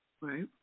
right